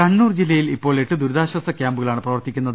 കണ്ണൂർ ജില്ലയിൽ ഇപ്പോൾ എട്ട് ദുരിതാശ്വാസ കൃാമ്പുകളാണ് പ്രവർത്തിക്കുന്നത്